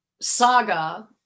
saga